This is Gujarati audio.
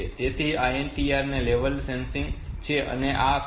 તેથી આ INTR એ લેવલ સેન્સિટિવ છે અને આ 5